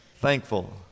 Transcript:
thankful